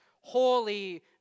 holy